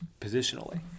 positionally